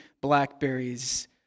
blackberries